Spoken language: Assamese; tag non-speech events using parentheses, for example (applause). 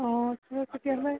অঁ (unintelligible) তেতিয়াহ'লে